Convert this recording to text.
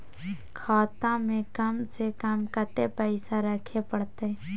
खाता में कम से कम कत्ते पैसा रखे परतै?